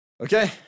Okay